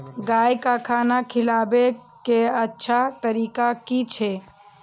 गाय का खाना खिलाबे के अच्छा तरीका की छे?